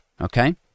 okay